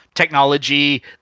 Technology